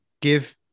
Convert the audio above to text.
give